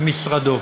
במשרדו.